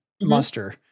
muster